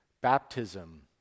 baptism